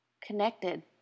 connected